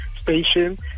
station